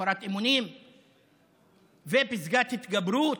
הפרת אמונים ופסקת התגברות?